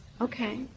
Okay